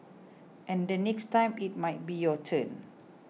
and the next time it might be your turn